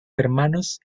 hermanos